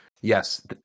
yes